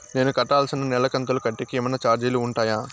నేను కట్టాల్సిన నెల కంతులు కట్టేకి ఏమన్నా చార్జీలు ఉంటాయా?